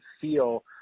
feel